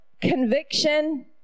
conviction